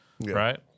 Right